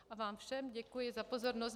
A vám všem děkuji za pozornost.